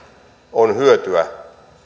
on hyötyä